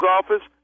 office